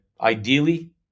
ideally